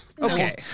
Okay